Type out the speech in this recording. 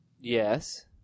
Yes